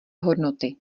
hodnoty